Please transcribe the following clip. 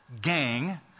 gang